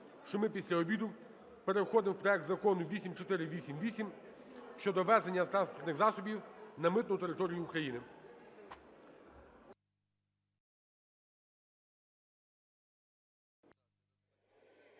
що ми після обіду переходимо у проект Закону 8488 щодо ввезення транспортних засобів на митну територію України.